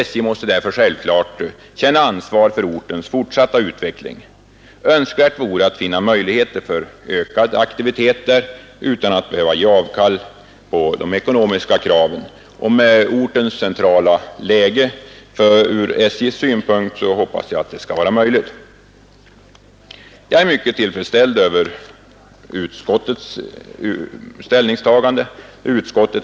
SJ måste därför självklart känna ansvar för ortens fortsatta utveckling. Önskvärt vore att finna möjligheter för utökad aktivitet där utan att behöva ge avkall på de ekonomiska kraven. Med ortens ur SJ:s synpunkt centrala läge hoppas jag det skall vara möjligt. Jag är mycket tillfredsställd med utskottets ställningstagande.